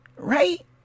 right